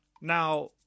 Now